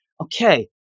okay